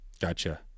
Gotcha